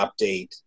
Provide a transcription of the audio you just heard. update